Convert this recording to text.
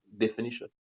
definition